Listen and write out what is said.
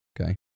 Okay